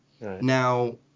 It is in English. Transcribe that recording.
Now